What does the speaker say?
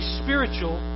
spiritual